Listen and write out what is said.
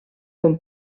com